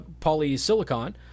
polysilicon